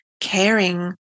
caring